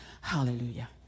Hallelujah